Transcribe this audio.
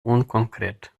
unkonkret